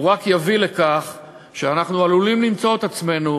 הוא רק יביא לכך שאנחנו עלולים למצוא את עצמנו